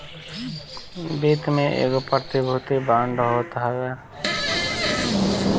वित्त में एगो प्रतिभूति बांड होत हवे